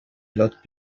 lot